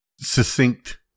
succinct